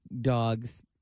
dog's